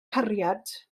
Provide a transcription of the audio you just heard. cariad